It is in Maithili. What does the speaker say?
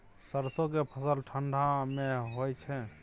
सरसो के फसल ठंडा मे होय छै?